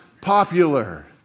popular